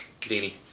Dini